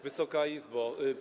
Wysoka Izbo!